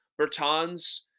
Bertans